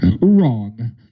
wrong